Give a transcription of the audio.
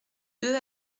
deux